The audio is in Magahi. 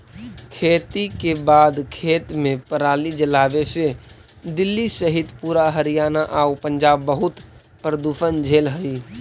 खेती के बाद खेत में पराली जलावे से दिल्ली सहित पूरा हरियाणा आउ पंजाब बहुत प्रदूषण झेलऽ हइ